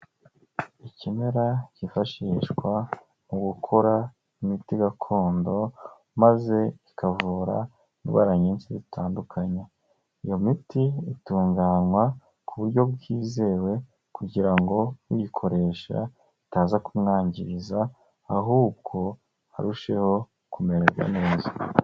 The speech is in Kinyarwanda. Ikimera cyifashishwa mukora imiti gakondo, maze ikavura indwara nyinshi zitandukanye, iyo miti itunganywa ku buryo bwizewe, kugira ngo uyikoresha itaza kumwangiriza ahubwo arusheho kumererwa neza.